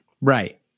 Right